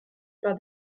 par